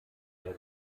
der